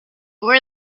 were